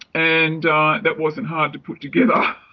and that wasn't hard to put together.